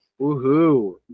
Woohoo